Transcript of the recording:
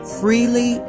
freely